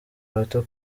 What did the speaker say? bato